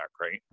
right